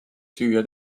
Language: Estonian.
süüa